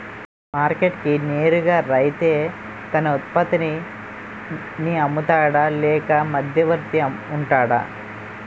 Market కి నేరుగా రైతే తన ఉత్పత్తి నీ అమ్ముతాడ లేక మధ్యవర్తి వుంటాడా?